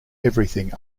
everything